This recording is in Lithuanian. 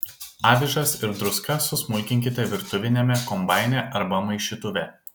avižas ir druską susmulkinkite virtuviniame kombaine arba maišytuve